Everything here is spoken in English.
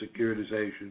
securitization